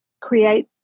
create